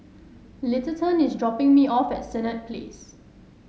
Littleton is dropping me off at Senett Place